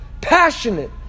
passionate